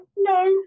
No